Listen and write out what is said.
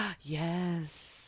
Yes